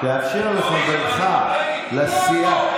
תאפשר לחברך לסיעה.